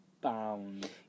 bound